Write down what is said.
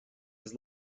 his